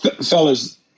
Fellas